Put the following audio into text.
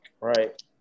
right